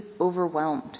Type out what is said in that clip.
overwhelmed